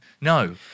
no